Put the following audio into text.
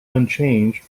unchanged